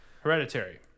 Hereditary